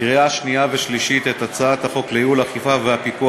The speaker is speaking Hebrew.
לקריאה שנייה ושלישית את הצעת חוק לייעול האכיפה והפיקוח